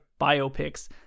biopics